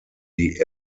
die